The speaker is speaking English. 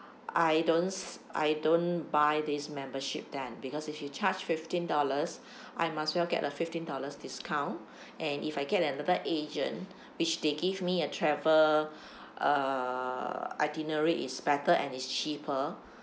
I don't I don't buy this membership then because if you charge fifteen dollars I might as well get a fifteen dollars discount and if I get another agent which they give me a travel uh itinerary is better and it's cheaper